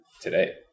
today